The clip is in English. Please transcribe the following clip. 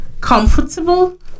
comfortable